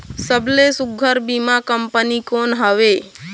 सबले सुघ्घर बीमा कंपनी कोन हवे?